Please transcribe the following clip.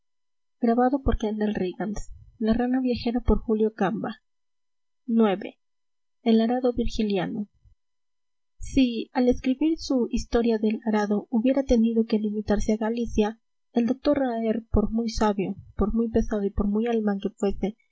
pontevedra ix el arado virgiliano si al escribir su historia del arado hubiera tenido que limitarse a galicia el doctor raer por muy sabio por muy pesado y por muy alemán que fuese